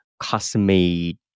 custom-made